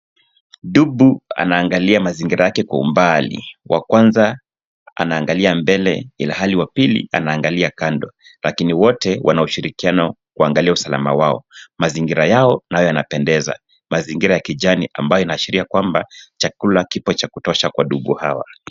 Dubu anaangalia mazingira yake kwa umbali wa kwanza anaangalia mbele ilhali wa pili anaangalia kando lakini wote wanaushirikiano kuangalia usalama wao mazingira yao nayo yanapendeza mazingira ya kijani amabyo yanaashiria kwamba chakula kipo cha kutosha kwa dubu hawa.